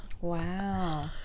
Wow